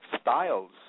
styles